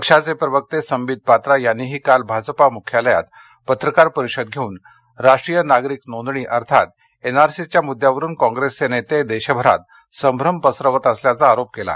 पक्षाचे प्रवक्ते संबित पात्रा यांनीही काल भाजप मुख्यालयात पत्रकार परिषद घेऊन राष्ट्रीय नागरिक नोंदणी अर्थात एनआरसीच्या मुद्यावरून काँग्रेसचे नेते देशभरात संभ्रम पसरवत असल्याचा आरोप केला